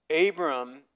Abram